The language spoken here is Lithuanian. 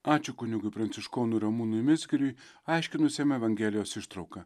ačiū kunigui pranciškonui ramūnui mizgiriui aiškinusiam evangelijos ištrauką